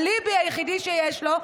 האליבי היחידי שיש לו,